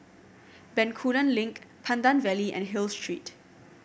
Bencoolen Link Pandan Valley and Hill Street